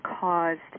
caused